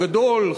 הגדול,